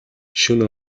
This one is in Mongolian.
шөнө